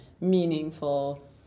meaningful